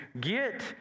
get